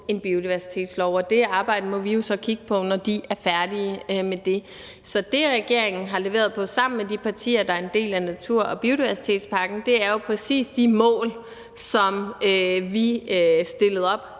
en biodiversitetslov, og det arbejde må vi jo så kigge på, når de er færdige med det. Så det, regeringen har leveret på sammen med de partier, der er en del af natur- og biodiversitetspakken, er jo præcis de mål, som vi stillede op